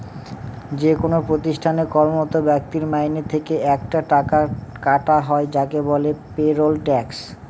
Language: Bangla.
যেকোনো প্রতিষ্ঠানে কর্মরত ব্যক্তির মাইনে থেকে একটা টাকা কাটা হয় যাকে বলে পেরোল ট্যাক্স